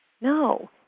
No